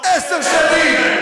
עשר שנים.